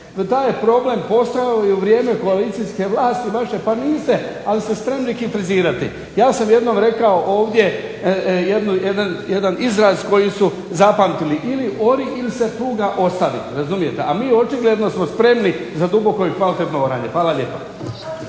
je problem postojao i u vrijeme koalicijske vlasti naše, ali ste spremni kritizirati. Ja sam jednom rekao ovdje jedan izraz koji su zapamtili, ili ori il' se pluga ostavi, razumijete, a mi očigledno smo spremni za duboko i kvalitetno oranje. Hvala lijepa.